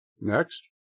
Next